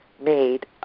made